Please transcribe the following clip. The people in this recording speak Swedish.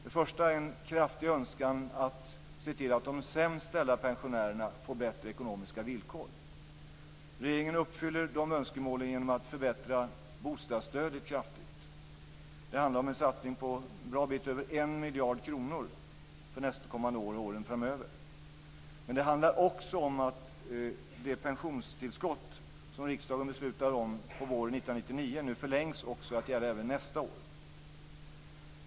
Det första är en kraftig önskan om att vi ska se till att de sämst ställda pensionärerna får bättre ekonomiska villkor. Regeringen uppfyller de önskemålen genom att förbättra bostadsstödet kraftigt. Det handlar om en satsning på en bra bit över 1 miljard kronor för nästkommande år och åren framöver. Men det handlar också om att det pensionstillskott som riksdagen beslutade om på våren 1999 nu förlängs till att gälla även nästa år.